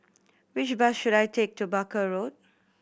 which bus should I take to Barker Road